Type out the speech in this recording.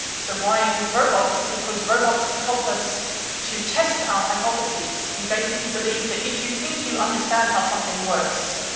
so why robots? because robots help us to test our hypotheses. we basically believe that if you think you understand how something works,